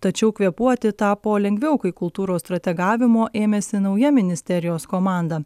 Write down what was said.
tačiau kvėpuoti tapo lengviau kai kultūros strategavimo ėmėsi nauja ministerijos komanda